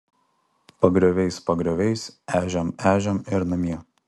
pagrioviais pagrioviais ežiom ežiom ir namie